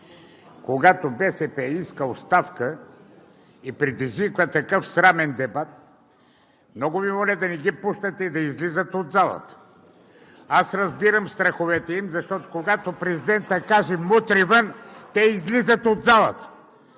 когато БСП иска оставка и предизвиква такъв срамен дебат, да не ги пускате да излизат от залата. Разбирам страховете им, защото когато президентът каже: „Мутри – вън!“, те излизат от залата.